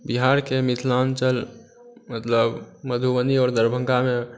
बिहारके मिथिलांचल मतलब मधुबनी आओर दरभंगामे